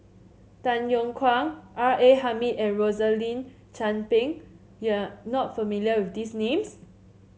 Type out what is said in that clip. Tay Yong Kwang R A Hamid and Rosaline Chan Pang you are not familiar with these names